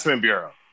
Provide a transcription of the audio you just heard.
bureau